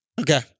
Okay